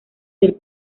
del